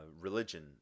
religion